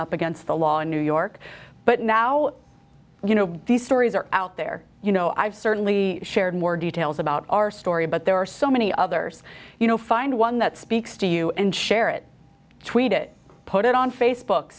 up against the law in new york but now you know these stories are out there you know i've certainly shared more details about our story but there are so many others you know find one that speaks to you and share it tweet it put it on facebook